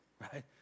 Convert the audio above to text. right